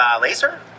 laser